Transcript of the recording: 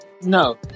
no